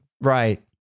right